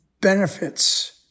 benefits